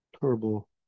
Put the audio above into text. terrible